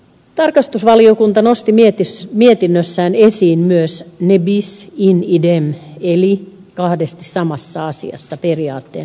tarkastusvaliokunta nosti mietinnössään esiin myös ne bis in idem eli ei kahdesti samassa asiassa periaatteen soveltamisen